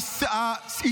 לא, לא.